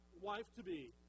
wife-to-be